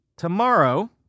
Tomorrow